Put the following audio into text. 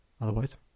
Otherwise